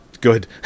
good